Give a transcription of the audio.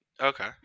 Okay